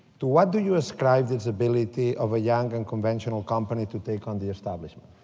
to what do you ascribe this ability of a young and conventional company to take on the establishment?